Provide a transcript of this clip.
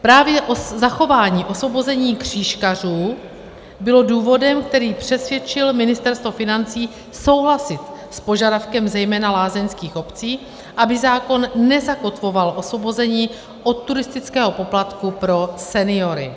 Právě zachování osvobození křížkařů bylo důvodem, který přesvědčil Ministerstvo financí souhlasit s požadavkem zejména lázeňských obcí, aby zákon nezakotvoval osvobození od turistického poplatku pro seniory.